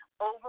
over